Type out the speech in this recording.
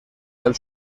del